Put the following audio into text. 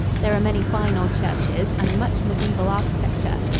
there are many fine old churches and much mediaeval architecture.